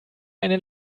eine